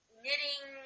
knitting